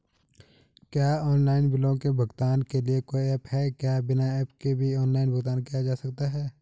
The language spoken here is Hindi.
क्या ऑनलाइन बिलों के भुगतान के लिए कोई ऐप है क्या बिना ऐप के भी ऑनलाइन भुगतान किया जा सकता है?